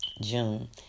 June